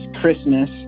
Christmas